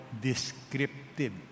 descriptive